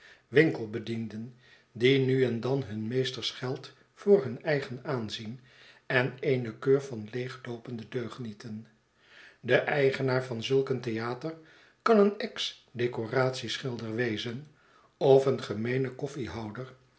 winkelbedienden die nu en dan hun meesters geld voor hun eigen aanzien en eene keur van leegloopende deugnieten de eigenaar van zulk een theater kan een ex decoratie schilder wezen ofeengemeene koffiehuishouder of een